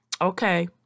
okay